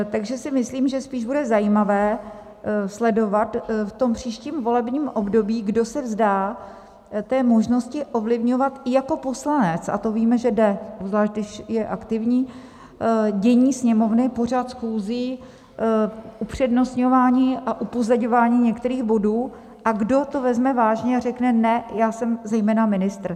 Takže si myslím, že spíš bude zajímavé sledovat v příštím volebním období, kdo se vzdá možnosti ovlivňovat jako poslanec a to víme, že jde, obzvlášť když je aktivní, dění Sněmovny, pořad schůzí, upřednostňování a upozaďování některých bodů, a kdo to vezme vážně a řekne: Ne, já jsem zejména ministr.